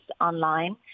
online